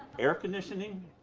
air conditioning?